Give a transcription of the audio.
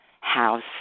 house